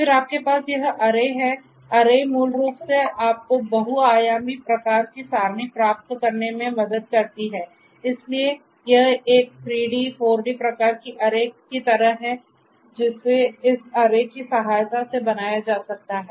फिर आपके पास यह अरे की सहायता से बनाया जा सकता है